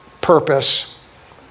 purpose